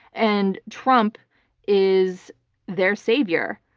and trump is their savior.